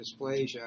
dysplasia